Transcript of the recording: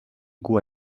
cua